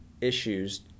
issues